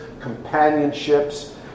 companionships